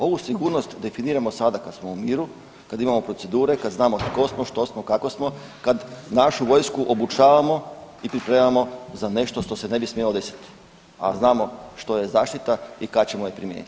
Ovu sigurnost definiramo sada kad smo u miru, kad imamo procedure, kad znamo tko smo, što smo, kako smo, kad našu vojsku obučavamo i pripremamo za nešto što se ne bi smjelo desiti, a znamo što je zaštita i kad ćemo je primijeniti.